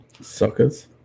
suckers